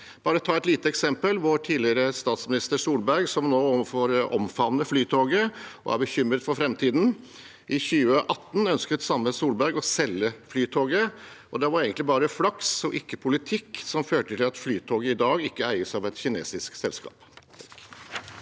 seg. Et lite eksempel: Vår tidligere statsminister Solberg omfavner nå Flytoget og er bekymret for framtiden. I 2018 ønsket den samme Solberg å selge Flytoget, og det var egentlig bare flaks, og ikke politikk, som førte til at Flytoget i dag ikke eies av et kinesisk selskap.